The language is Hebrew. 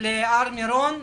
להר מירון,